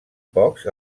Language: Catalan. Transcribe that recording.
pocs